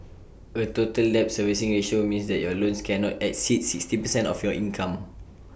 A total debt servicing ratio means that your loans cannot exceed sixty percent of your income